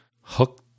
hook